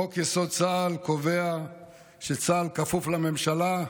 חוק-יסוד: צה"ל קובע שצה"ל כפוף לממשלה,